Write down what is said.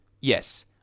Yes